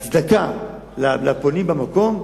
פונים במקום,